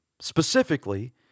specifically